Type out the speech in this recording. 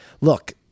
look